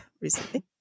recently